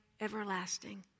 everlasting